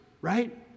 right